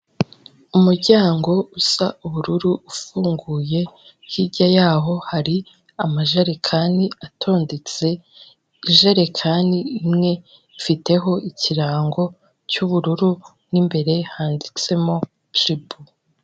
Umuryango usa ubururu ufunguye, hirya yaho hari amajerekani atondetse, ijerekani imwe ifiteho ikirango cy'ubururu, mo imbere handitsemo Jibu.